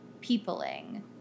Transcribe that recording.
peopling